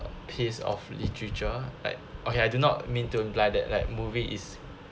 piece of literature like okay I do not mean to imply that like movie is